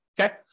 Okay